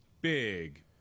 big